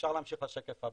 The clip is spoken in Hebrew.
אפשר להמשיך לשקף הבא.